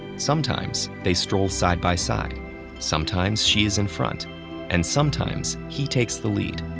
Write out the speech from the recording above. sometimes, they stroll side by side sometimes, she is in front and sometimes, he takes the lead,